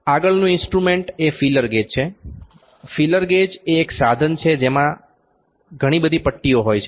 આગળનું ઇન્સ્ટ્રુમેન્ટ એ feeler gauge છે ફીલર ગેજ એ એક સાધન છે જેમાં તેમાં ઘણી પટ્ટીઓ હોય છે